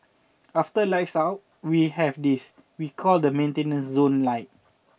after lights out we have this we call the maintenance zone light